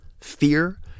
fear